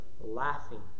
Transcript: laughing